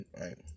right